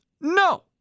no